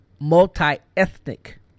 multi-ethnic